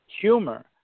humor